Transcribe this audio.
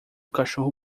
cachorro